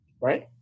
right